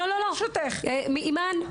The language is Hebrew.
אימאן,